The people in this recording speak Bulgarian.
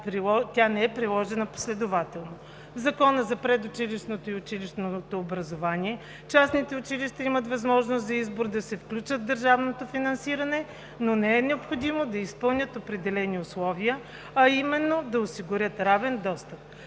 тя не е предложена последователно. В Закона за предучилищното и училищното образование частните училища имат възможност за избор да се включат в държавното финансиране, но е необходимо да изпълнят определени условия, а именно да осигурят равен достъп.